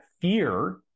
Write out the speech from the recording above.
fear